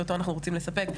שאותו אנחנו רוצים לספק,